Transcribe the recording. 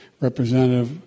Representative